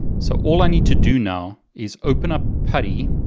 so all i need to do now is open up putty,